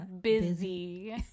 busy